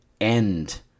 End